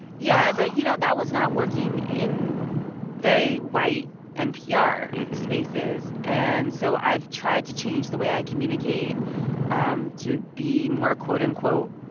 yeah. but, you know, that was not working in very white npr spaces. and so i've tried to change the way i communicate um to be more, quote, unquote,